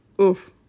oof